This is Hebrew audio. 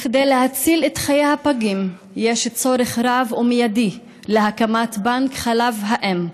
כדי להציל את חיי הפגים יש צורך רב ומיידי בהקמת בנק חלב אם.